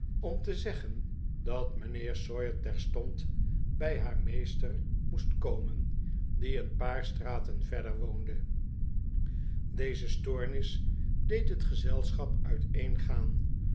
om te zeggen dat mijnheer sawyer terstond bij haar meester moest komen die een paar straten verder woonde deze stoornis deed het gezelschap uiteengaan